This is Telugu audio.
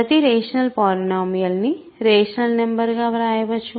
ప్రతి రేషనల్ పాలినోమియల్ని రేషనల్ నంబర్ గా వ్రాయవచ్చు